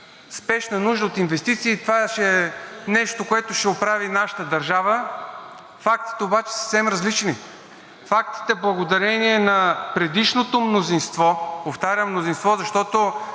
спешна нужда от инвестиции и това ще е нещо, което ще оправи нашата държава. Фактите са съвсем различни и благодарение на предишното мнозинство, повтарям мнозинство, защото